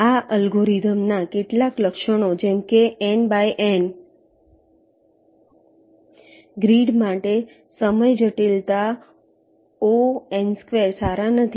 આ અલ્ગોરિધમના કેટલાક લક્ષણો જેમ કે N ×N ગ્રીડ માટે સમય જટિલતા Ο સારા નથી